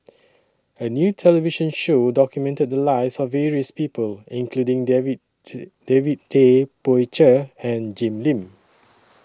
A New television Show documented The Lives of various People including David David Tay Poey Cher and Jim Lim